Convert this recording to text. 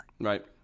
Right